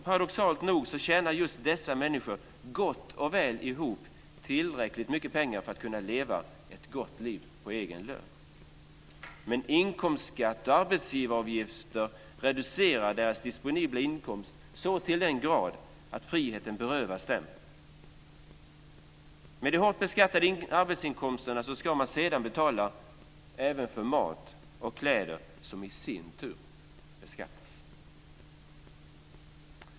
Paradoxalt nog tjänar just dessa människor gott och väl ihop tillräckligt mycket pengar för att kunna leva ett gott liv på egen lön. Men inkomstskatt och arbetsgivaravgifter reducerar deras disponibla inkomst så till den grad att friheten berövas dem. Med de hårt beskattade arbetsinkomsterna ska man sedan betala även för mat och kläder, som i sin tur beskattas.